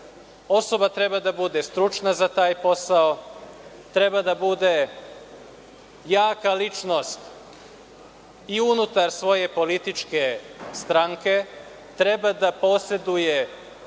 osoba treba da bude stručna za taj posao, treba da bude jaka ličnost i unutar svoje političke stranke. Treba da poseduje